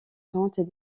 tante